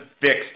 fixed